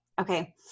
Okay